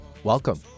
welcome